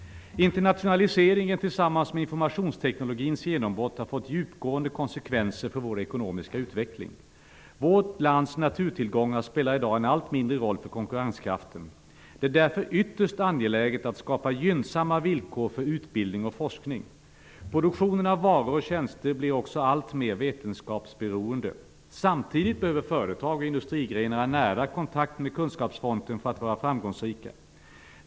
Internationaliseringen tillsammans med informationsteknologins genombrott har fått djupgående konsekvenser för vår ekonomiska utveckling. Vårt lands naturtillgångar spelar i dag en allt mindre roll för konkurrenskraften. Det är därför ytterst angeläget att skapa gynnsamma villkor för utbildning och forskning. Produktionen av varor och tjänster blir också alltmer vetenskapsberoende. Samtidigt behöver företag och industrigrenar en nära kontakt med kunskapsfronten för att vara framgångsrika.